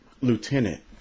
lieutenant